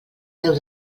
déu